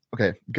Okay